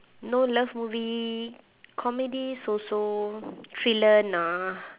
no love movie comedy so so thriller nah